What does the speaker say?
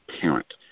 parent